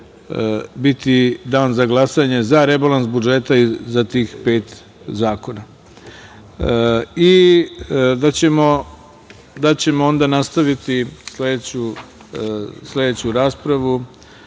biti dan za glasanje za rebalans budžeta i za tih pet zakona. Onda ćemo onda nastaviti sledeću raspravu,